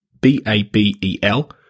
B-A-B-E-L